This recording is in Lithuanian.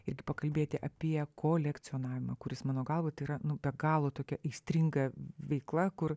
irgi pakalbėti apie kolekcionavimą kuris mano gal vat yra be galo tokia aistringa veikla kur